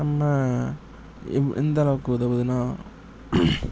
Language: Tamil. நம்ம எவ் எந்தளவுக்கு உதவுதுனால்